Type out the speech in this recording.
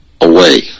away